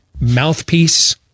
mouthpiece